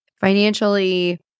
Financially